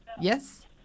Yes